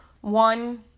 one